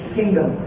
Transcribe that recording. kingdom